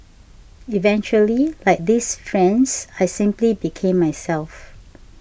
eventually like these friends I simply became myself